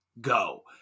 go